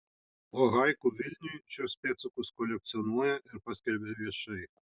o haiku vilniui šiuos pėdsakus kolekcionuoja ir paskelbia viešai